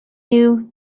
knew